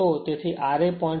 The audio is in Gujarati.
તેથી ra 0